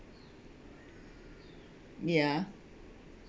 ya